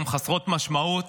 גם חסרות משמעות,